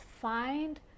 find